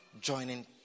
joining